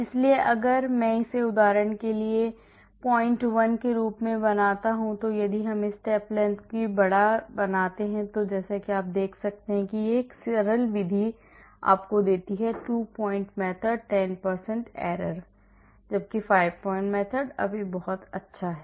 इसलिए अगर मैं इसे उदाहरण के लिए एक point 1 के रूप में बनाता हूं यदि हम step lengthको बहुत बड़ा बनाते हैं जैसा कि आप फिर से देख सकते हैं कि सरल विधि आपको देती है 2 point methods 10 error देती हैं जबकि 5 point method अभी भी बहुत अच्छी है